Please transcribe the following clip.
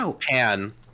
Pan